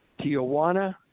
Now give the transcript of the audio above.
Tijuana